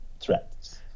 threats